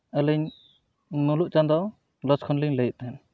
ᱟᱹᱞᱤᱧ ᱢᱩᱞᱩᱜ ᱪᱟᱸᱫᱚ ᱞᱚᱡᱽ ᱠᱷᱚᱱᱞᱤᱧ ᱞᱟᱹᱭ ᱮᱫ ᱛᱟᱦᱮᱱᱟ